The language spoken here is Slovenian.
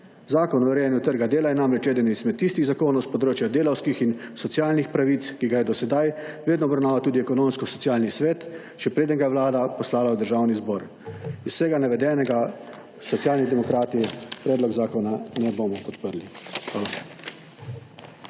Zakon o urejanju trga dela je namreč eden izmed tistih zakonov s področja delavskih in socialnih pravic, ki ga je do sedaj vedno obravnaval tudi Ekonomsko-socialni svet, še preden ga je Vlada poslala v Državni zbor. Iz vsega navedenega, Socialni demokrati Predlog zakona ne bomo podprli.